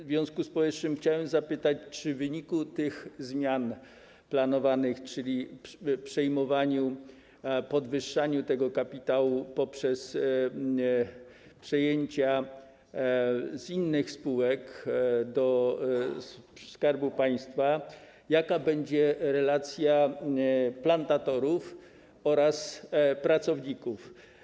W związku z powyższym chciałem zapytać: W wyniku tych planowanych zmian, czyli przejmowania, podwyższania tego kapitału poprzez przejęcia z innych spółek do Skarbu Państwa, jaka będzie relacja plantatorów oraz pracowników?